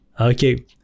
Okay